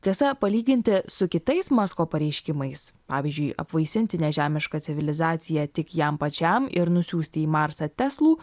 tiesa palyginti su kitais masko pareiškimais pavyzdžiui apvaisinti nežemišką civilizaciją tik jam pačiam ir nusiųsti į marsą teslų